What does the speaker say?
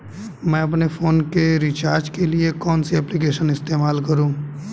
मैं अपने फोन के रिचार्ज के लिए कौन सी एप्लिकेशन इस्तेमाल करूँ?